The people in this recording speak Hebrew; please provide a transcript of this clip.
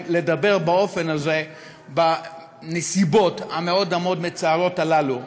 לדבר באופן הזה בנסיבות המאוד-מאוד מצערות האלה.